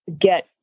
get